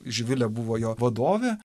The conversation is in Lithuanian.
živilė buvo jo vadovė